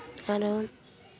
आरो